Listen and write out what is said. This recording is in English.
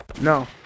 No